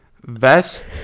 Vest